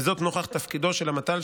וזאת נוכח תפקידו של המט"ל,